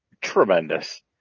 tremendous